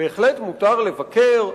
בהחלט מותר לבקר.